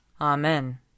Amen